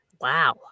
wow